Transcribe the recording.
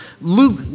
Luke